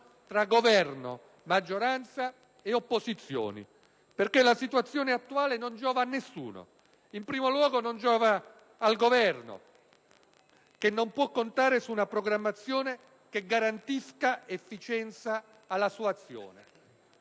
tra Governo, maggioranza e opposizioni, perché la situazione attuale non giova a nessuno. In primo luogo non giova al Governo, che non può contare su una programmazione che garantisca efficienza alla sua azione.